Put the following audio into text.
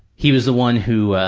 he was the one who,